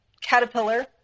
caterpillar